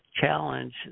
challenge